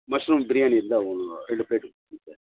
mushroom biryani இருந்தால் ஒரு ரெண்டு ப்ளேட்டு கொடுத்துருங்க சார்